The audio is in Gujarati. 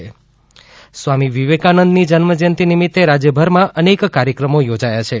સુરત સ્વામી વિવેકાનંદ જન્મજયંતિ સ્વામી વિવેકાનંદની જન્મજયયંતિ નિમિતે રાજ્યભરમાં અનેક કાર્યક્રમો યોજાયા છે